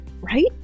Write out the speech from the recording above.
right